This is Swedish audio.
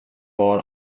var